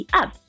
up